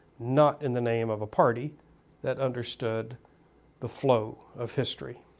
not in the name of a party that understood the flow of history.